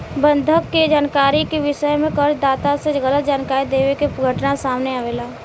बंधक के जानकारी के विषय में कर्ज दाता से गलत जानकारी देवे के घटना सामने आवेला